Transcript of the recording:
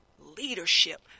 Leadership